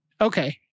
Okay